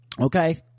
okay